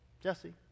Jesse